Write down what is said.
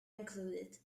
included